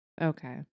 Okay